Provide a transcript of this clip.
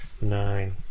nine